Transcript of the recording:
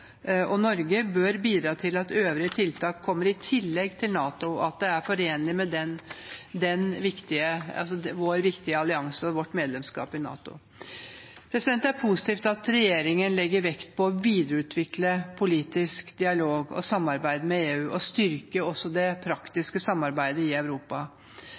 bør bidra til at øvrige tiltak kommer i tillegg til NATO, og at det er forenlig med denne viktige alliansen og vårt medlemskap i den. Det er positivt at regjeringen legger vekt på å videreutvikle politisk dialog og samarbeid med EU og å styrke også det praktiske samarbeidet i Europa.